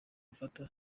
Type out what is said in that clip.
gufata